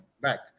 back